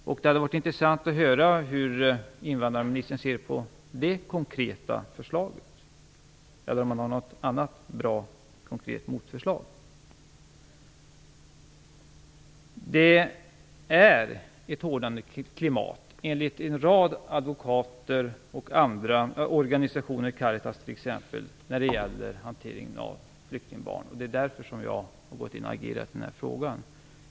Det hade varit intressant att höra hur invandrarministern ser på det konkreta förslaget, eller höra om han har något bra konkret motförslag. Vi har ett hårdnande klimat enligt en rad advokater och andra organisationer, Caritas t.ex., när det gäller hanteringen av flyktingbarn. Det är därför jag har gått in och agerat i den här frågan.